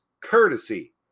courtesy